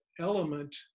element